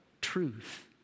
truth